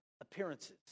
appearances